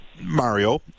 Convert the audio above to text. Mario